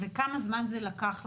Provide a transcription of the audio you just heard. וכמה זמן זה לקח לנו.